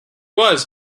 was